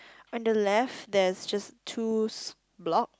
on the left there's just twos block